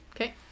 Okay